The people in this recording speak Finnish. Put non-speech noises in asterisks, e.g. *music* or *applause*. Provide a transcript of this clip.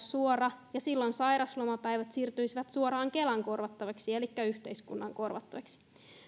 *unintelligible* suora karanteenimääräys ja silloin sairaslomapäivät siirtyisivät suoraan kelan elikkä yhteiskunnan korvattaviksi